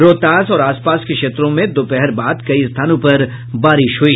रोहतास और आस पास के क्षेत्रों में दोपहर बाद कई स्थानों पर बारिश हुई